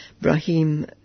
Brahim